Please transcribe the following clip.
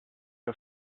her